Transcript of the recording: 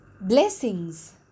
Blessings